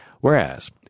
Whereas